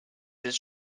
its